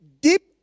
deep